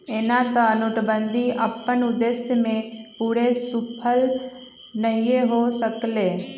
एना तऽ नोटबन्दि अप्पन उद्देश्य में पूरे सूफल नहीए हो सकलै